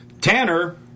Tanner